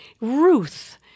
Ruth